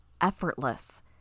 effortless